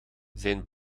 zijn